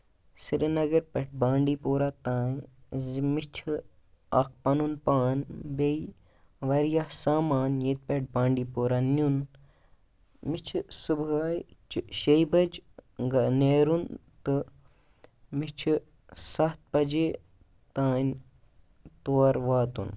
سری نَگَر پٮ۪ٹھ بانڈی پورہ تام زِ مےٚ چھِ اَکھ پَنُن پان بیٚیہِ واریاہ سامان ییٚتہِ پٮ۪ٹھ بانڈی پورہ نیُن مےٚ چھِ صُبحٲے چہِ شیٚیہِ بَجہِ نیرُن تہٕ مےٚ چھِ سَتھ بَجے تام تور واتُن